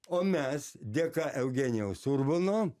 o mes dėka eugenijaus urbono